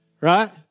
Right